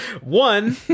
One